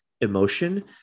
emotion